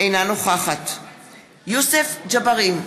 אינה נוכחת יוסף ג'בארין,